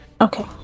Okay